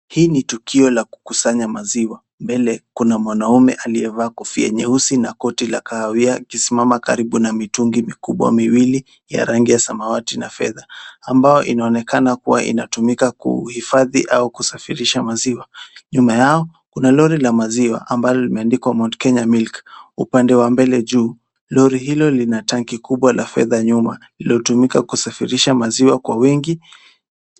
Hii ni tukio la kukusanya maziwa mbele kuna mwanaume aliyevaa kofia nyeusi na koti la kahawia akisimama karibu na mitungi mikubwa miwili ya rangi ya samawati na fedha, ambayo inaonekana kuwa inatumika kuhifadhi au kusafirisha maziwa. Nyuma yao kuna lori la maziwa ambalo limeandikwa Mount Kenya Milk upande wa mbele juu, Lori hilo lina tanki la fedha nyuma iliyotumika kusafirisha maziwa kwa wingi.